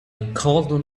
couldn’t